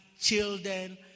children